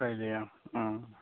रायलाया